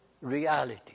reality